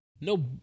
No